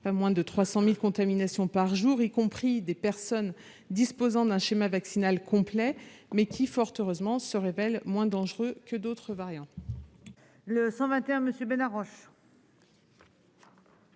autour de 300 000 contaminations par jour -, y compris des personnes disposant d'un schéma vaccinal complet. Fort heureusement, il se révèle moins dangereux que d'autres variants.